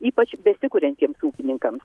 ypač besikuriantiems ūkininkams